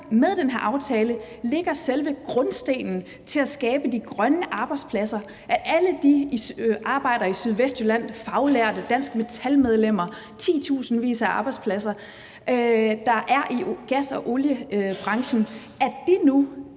med den her aftale lægger selve grundstenen til at skabe de grønne arbejdspladser – at alle de arbejdspladser, der er i Sydvestjylland hos faglærte og Dansk Metal-medlemmer, titusindvis af arbejdspladser i gas- og oliebranchen, nu